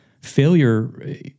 Failure